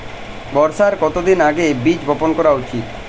বর্ষার কতদিন আগে বীজ বপন করা উচিৎ?